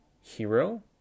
hero